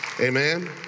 Amen